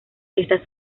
esta